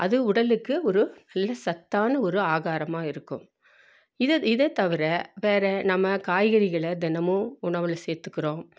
அது உடலுக்கு ஒரு நல்ல சத்தான ஒரு ஆகாரமாக இருக்கும் இதை இதை தவிர வேறு நம்ம காய்கறிகளை தினமும் உணவில் சேர்த்துக்குறோம்